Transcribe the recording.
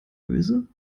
öse